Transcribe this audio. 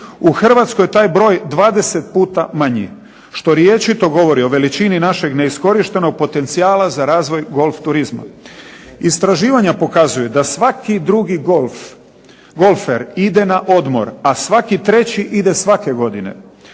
U Hrvatskoj je taj broj 20 puta manji, što reći, to govori o veličini našeg neiskorištenog potencijala za razvoj golf turizma. Istraživanja pokazuju da svaki drugi golfer ide na odmor, a svaki treći ide svake godine.